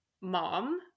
mom